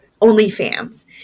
OnlyFans